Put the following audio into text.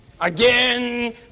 again